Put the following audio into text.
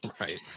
right